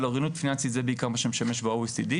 אבל אוריינות פיננסית זה בעיקר מה שמשמש ב-OECD.